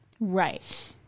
Right